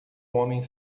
homem